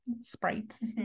sprites